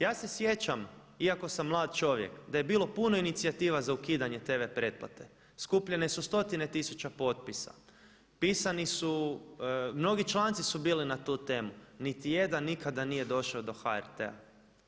Ja se sjećam, iako sam mlad čovjek, da je bilo puno inicijativa za ukidanje TV pretplate, skupljene su stotine tisuća potpisa, pisani su mnogi članci su bili na tu temu, niti nijedan nikada nije došao do HRT-a.